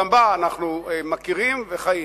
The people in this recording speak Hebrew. גם בה אנחנו מכירים וחיים,